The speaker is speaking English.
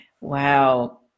Wow